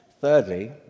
Thirdly